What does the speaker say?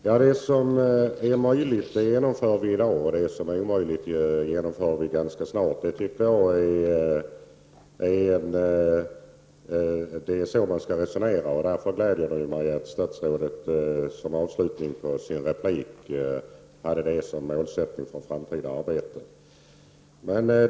Herr talman! Det som är möjligt genomför vi i dag, och det som är omöjligt genomför vi ganska snart. Så tycker jag att man skall resonera. Därför gläder det mig att statsrådet som avslutning på sin replik angav detta som målsättning för det framtida arbetet.